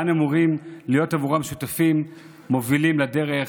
ואנו אמורים להיות בעבורם שותפים מובילים לדרך.